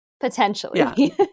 Potentially